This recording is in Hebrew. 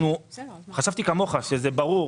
וחשבתי כמוך שזה ברור.